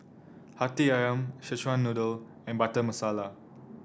hati ayam Szechuan Noodle and Butter Masala